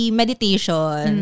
meditation